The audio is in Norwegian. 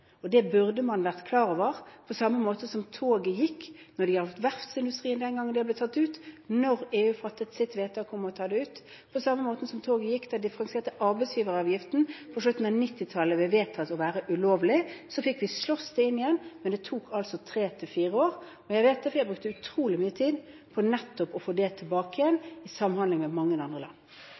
og det burde man ha vært klar over, på samme måte som toget gikk når det gjaldt verftsindustrien den gangen det ble tatt ut da EU fattet sitt vedtak om å ta det ut, og på samme måte som toget gikk da den differensierte arbeidsgiveravgiften på slutten av 1990-tallet ble vedtatt å være ulovlig. Da fikk vi slåss det inn igjen, men det tok altså tre–fire år. Det vet jeg, for jeg brukte utrolig mye tid på å få nettopp det tilbake igjen, i samhandling med mange andre land.